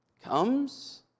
comes